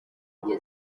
iryo